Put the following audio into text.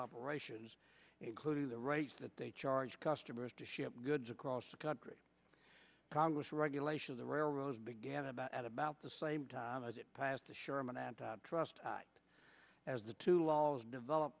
operations including the rates that they charge customers to ship goods across the country congress regulation of the railroads began about at about the same time as it passed the sherman antitrust act as the two laws develop